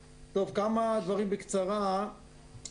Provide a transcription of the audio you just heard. עשינו כמה דברים ואני שומע שאתם מדברים על אופנועים.